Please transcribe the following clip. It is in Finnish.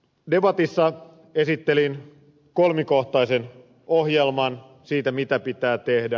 debatissa esittelin kolmikohtaisen ohjelman siitä mitä pitää tehdä